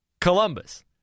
Columbus